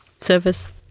service